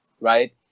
right